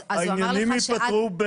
העניינים ייפתרו?